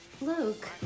Luke